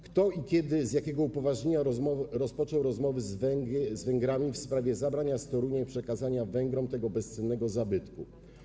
Kto i kiedy, z jakiego upoważnienia rozpoczął rozmowy z Węgrami w sprawie zabrania z Torunia i przekazania Węgrom tego bezcennego zabytku?